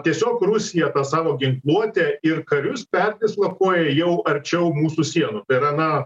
tiesiog rusija savo ginkluotę ir karius perdislokuoja jau arčiau mūsų sienų tai yra na